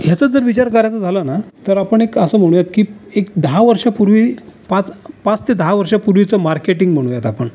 ह्याचाच जर विचार करायचा झाला ना तर आपण एक असं म्हणूयात की एक दहा वर्षापूर्वी पाच पाच ते दहा वर्षापूर्वीचं मार्केटिंग म्हणूयात आपण